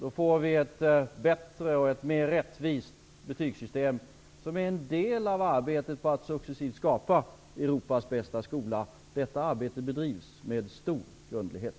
Då får vi ett bättre och mer rättvist betygssystem, som är en del av arbetet med att successivt skapa Europas bästa skola. Detta arbete bedrivs med stor grundlighet.